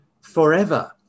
forever